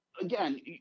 again